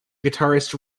guitarist